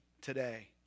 today